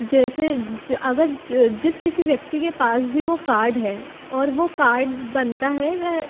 जैसे अगर जिस किसी व्यक्ति के पास भी वो कार्ड है और वो कार्ड बनता है वह